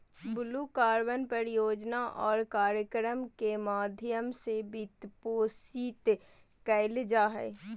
blue carbon परियोजना और कार्यक्रम के माध्यम से वित्तपोषित कइल जा हइ